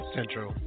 Central